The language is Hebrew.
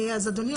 אדוני,